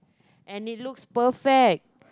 and it looks perfect